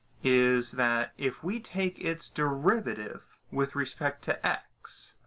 is that if we take its derivative with respect to x